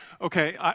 Okay